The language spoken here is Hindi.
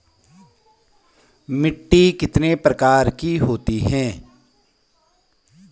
मिट्टी कितने प्रकार की होती है?